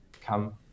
come